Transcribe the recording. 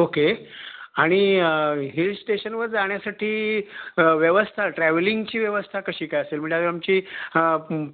okay आणि hill स्टेशनवर जाण्यासाठी व्यवस्था ट्रॅवलिंगची व्यवस्था कशी काय असेल म्हणजे आता आमची